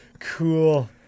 Cool